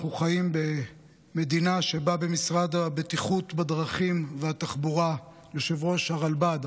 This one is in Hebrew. אנחנו חיים במדינה שבה במשרד הבטיחות בדרכים והתחבורה יושב-ראש הרלב"ד,